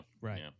right